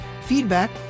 feedback